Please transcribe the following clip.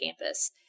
campus